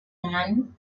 man